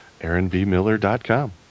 AaronBMiller.com